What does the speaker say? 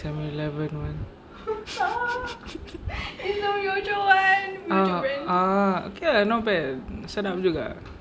seven eleven one ah ah okay lah not bad sedap juga